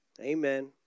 amen